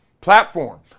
Platform